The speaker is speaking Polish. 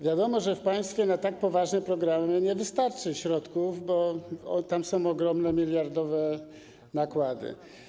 Wiadomo, że w państwie na tak poważne programy nie wystarczy środków, bo tam są ogromne, miliardowe nakłady.